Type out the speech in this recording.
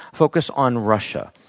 focus on russia.